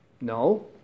No